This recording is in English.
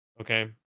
okay